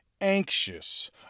anxious